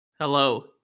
Hello